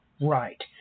right